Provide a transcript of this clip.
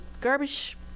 garbage